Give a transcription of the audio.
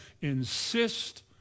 insist